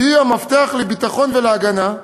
היא המפתח לביטחון ולהגנה,